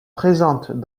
présentes